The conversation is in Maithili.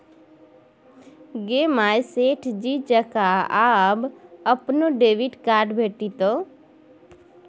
गे माय सेठ जी जकां आब अपनो डेबिट कार्ड भेटितौ